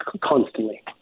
Constantly